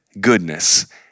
goodness